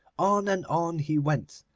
on and on he went,